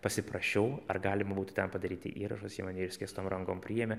pasiprašiau ar galima būtų ten padaryti įrašus jie mane išskėstom rankom priėmė